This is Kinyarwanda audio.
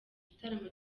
igitaramo